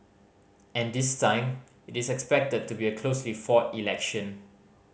and this time it is expected to be a closely fought election